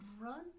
run